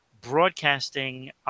Broadcasting